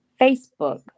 Facebook